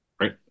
right